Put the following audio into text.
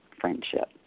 friendship